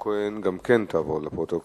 כי יהודים מהשומרון מתכננים שיבה לפקיעין,